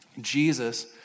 Jesus